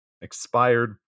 expired